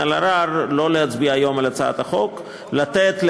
אלהרר לא להצביע היום על הצעת החוק אלא לתת,